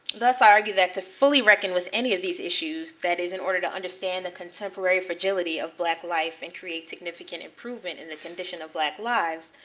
let's argue that to fully reckon with any of these issues, that is in order to understand the contemporary fragility of black life and create significant improvement in the condition of black lives,